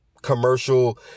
Commercial